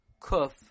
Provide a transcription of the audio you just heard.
Kuf